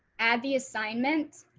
add the assignment.